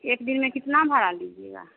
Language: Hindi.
एक दिन में कितना भाड़ा लीजिएगा